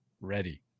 Ready